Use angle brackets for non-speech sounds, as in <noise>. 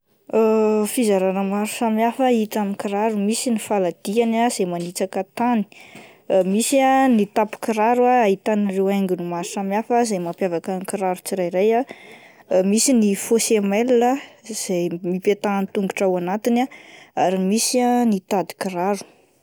<hesitation> Fizarana maro samy hafa hita amin'ny kiraro misy ny faladihany ah izay manitsaka tany, <hesitation> misy ah ny tapi-kiraro ahitana ireo haingony maro samy hafa izay mampiavaka ny kiraro tsirairay ah, misy ny faux semelle ah izay m-hipetahan'ny tongotra ao anatiny ah, ary misy ah ny tadin-kiraro.